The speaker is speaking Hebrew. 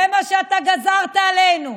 זה מה שאתה גזרת עלינו,